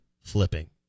flipping